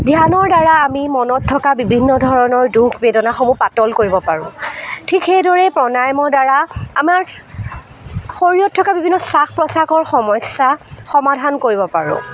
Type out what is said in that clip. ধ্যানৰদ্বাৰা আমি মনত থকা বিভিন্ন ধৰণৰ দুখ বেদনাসমূহ পাতল কৰিব পাৰোঁ ঠিক সেইদৰে প্ৰাণায়মৰদ্বাৰা আমাক শৰীৰত থকা বিভিন্ন শ্বা প্ৰশ্বাসৰ সমস্যা সমাধান কৰিব পাৰোঁ